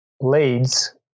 leads